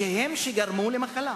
שגרמו למחלה,